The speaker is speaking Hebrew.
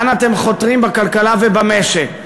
לאן אתם חותרים בכלכלה ובמשק,